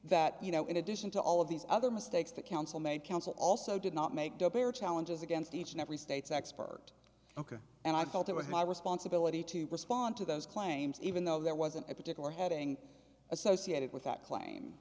that you know in addition to all of these other mistakes that counsel made counsel also did not make challenges against each and every state's expert ok and i felt it was my responsibility to respond to those claims even though there wasn't a particular heading associated with that claim